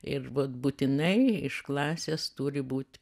ir vat būtinai iš klasės turi būt